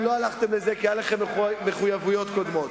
לא הלכתם לזה, כי היו לכם מחויבויות קודמות.